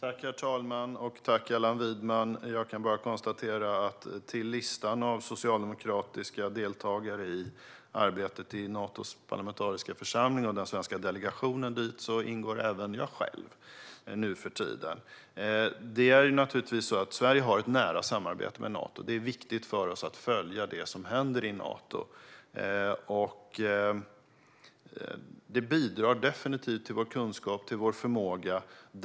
Herr talman! Tack, Allan Widman! Jag kan bara konstatera att även jag själv nu för tiden ingår i listan av socialdemokratiska deltagare i arbetet i Natos parlamentariska församling och den svenska delegationen. Det är naturligtvis så att Sverige har ett nära samarbete med Nato. Det är viktigt för oss att följa det som händer i Nato. Det bidrar definitivt till vår kunskap och till vår förmåga.